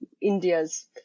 India's